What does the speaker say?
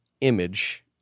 image